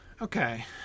Okay